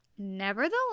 Nevertheless